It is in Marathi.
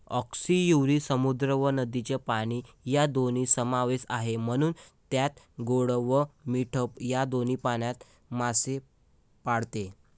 आस्कियुरी समुद्र व नदीचे पाणी या दोन्ही समावेश आहे, म्हणून त्यात गोड व मीठ या दोन्ही पाण्यात मासे पाळते